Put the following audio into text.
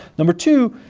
number two,